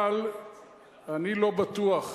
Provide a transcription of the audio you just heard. אבל אני לא בטוח,